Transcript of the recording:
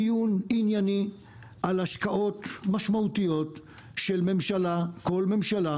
דיון ענייני על השקעות משמעותיות של ממשלה כל ממשלה